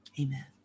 Amen